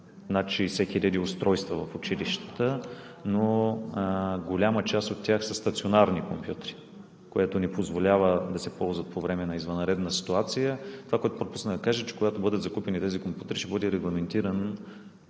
над 60 000 устройства в училищата, но голяма част от тях са стационарни компютри, което не позволява да се ползват по време на извънредна ситуация. Пропуснах да кажа, че когато бъдат закупени тези компютри, ще бъде регламентирано